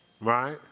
right